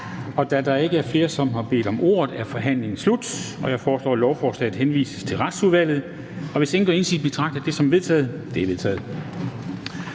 Da der ikke er flere, som har bedt om ordet, er forhandlingen sluttet. Jeg foreslår, at lovforslaget henvises til Retsudvalget. Hvis ingen gør indsigelse, betragter jeg det som vedtaget. Det er vedtaget.